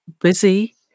busy